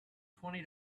twenty